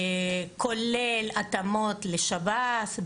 כולל התאמות לשב"ס,